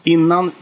Innan